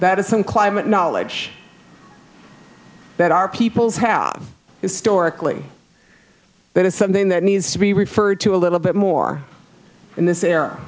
that is some climate knowledge that our peoples have historically that is something that needs to be referred to a little bit more in this area